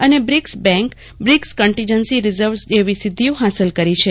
અને BRICS bank contingency reserve જેવી સિધ્ધીઓ હાંસલ કરી છે